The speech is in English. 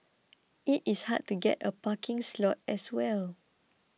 it is hard to get a parking slot as well